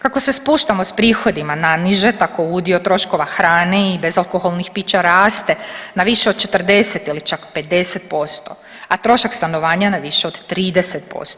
Kako se spuštamo s prihodima naniže, tako udio troškova hrane i bezalkoholnih pića raste na više od 40 ili čak 50%, a trošak stanovanja na više od 30%